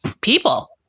people